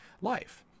life